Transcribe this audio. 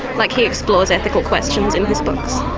like he explores ethical questions in his books.